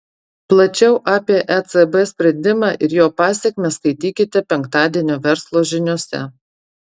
plačiau apie ecb sprendimą ir jo pasekmes skaitykite penktadienio verslo žiniose